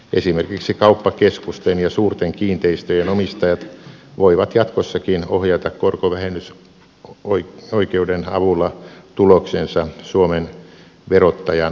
esimerkiksi kauppakeskusten ja suurten kiinteistöjen omistajat voivat jatkossakin ohjata korkovähennysoikeuden avulla tuloksensa suomen verottajan ulottumattomiin